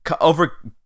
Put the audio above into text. over